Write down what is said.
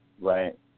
Right